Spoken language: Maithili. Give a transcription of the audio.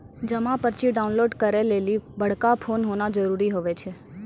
जमा पर्ची डाउनलोड करे लेली बड़का फोन होना जरूरी हुवै छै